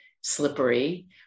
slippery